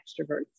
extroverts